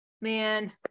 man